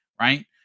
Right